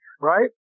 right